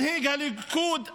מנהיג הליכוד אז,